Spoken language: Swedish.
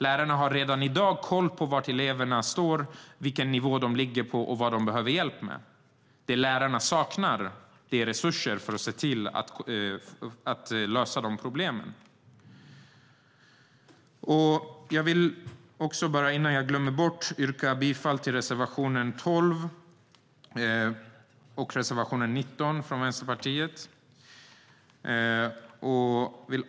Lärarna har redan i dag koll på var eleverna står, vilken nivå de ligger på och vad de behöver hjälp med. Det lärarna saknar är resurser för att kunna lösa de problem som finns. Jag vill, så att jag inte glömmer det, yrka bifall till reservation 12 och 19 från Vänsterpartiet.